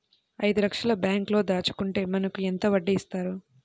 ఐదు లక్షల బ్యాంక్లో దాచుకుంటే మనకు ఎంత వడ్డీ ఇస్తారు?